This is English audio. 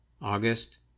August